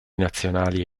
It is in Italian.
nazionali